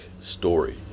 story